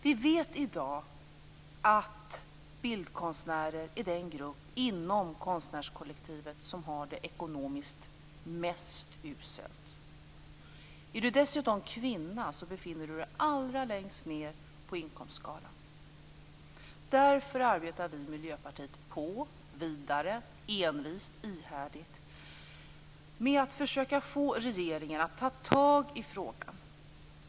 Vi vet i dag att bildkonstnärer är den grupp inom konstnärskollektivet som har det ekonomiskt mest uselt. Är du dessutom kvinna befinner du dig allra längst ned på inkomstskalan. Därför arbetar vi i Miljöpartiet envist och ihärdigt på att försöka få regeringen att ta tag i frågan.